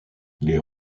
les